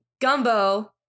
gumbo